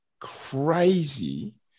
crazy